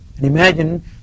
Imagine